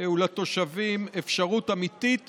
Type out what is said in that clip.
ולתושבים אפשרות אמיתית